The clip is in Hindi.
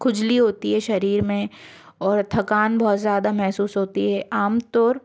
खुजली होती है शरीर में और थकान बहुत ज़्यादा महसूस होती है आमतौर